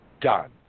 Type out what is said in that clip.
Done